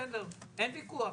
אין ויכוח?